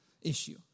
issue